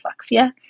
dyslexia